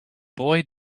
boy